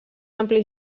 ampli